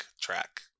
track